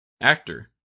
Actor